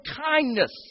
kindness